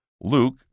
Luke